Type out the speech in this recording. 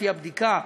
לפי הבדיקה,